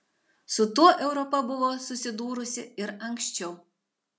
su tuo europa buvo susidūrusi ir anksčiau